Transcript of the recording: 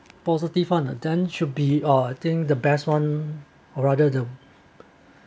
positive one then it should be or I think the best one or rather the